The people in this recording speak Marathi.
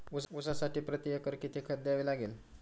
ऊसासाठी प्रतिएकर किती खत द्यावे लागेल?